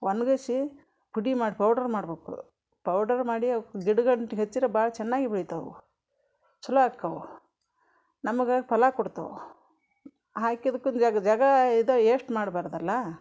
ಒಣ್ಗಿಸಿ ಪುಡಿ ಮಾಡಿ ಪೌಡ್ರ್ ಮಾಡ್ಬೇಕು ಪೌಡರ್ ಮಾಡಿ ಅವ್ಕೆ ಗಿಡಗಂಟಿಗೆ ಹಚ್ದ್ರೆ ಭಾಳ ಚೆನ್ನಾಗಿ ಬೆಳಿತಾವೆ ಅವು ಚಲೋ ಅಕ್ಕಾವು ನಮ್ಗೆ ಫಲ ಕೊಡ್ತಾವೆ ಹಾಕಿದ್ದಕ್ಕೂ ಜಾಗ ಜಾಗ ಇದವ್ ಯೇಶ್ಟ್ ಮಾಡಬಾರ್ದಲ್ಲ